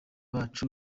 bacu